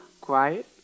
Quiet